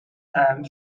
and